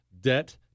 Debt